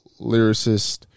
lyricist